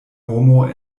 homo